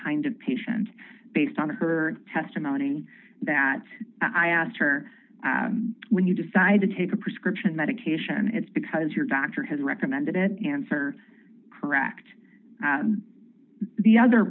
kind of patient based on her testimony that i asked her when you decide to take a prescription medication it's because your doctor has recommended an answer correct the other